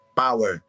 power